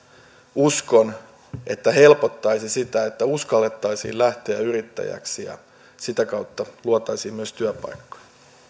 uskon helpottaisi sitä että uskallettaisiin lähteä yrittäjäksi ja sitä kautta luotaisiin myös työpaikkoja